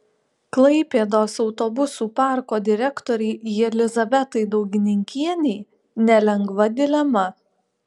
klaipėdos autobusų parko direktorei jelizavetai daugininkienei nelengva dilema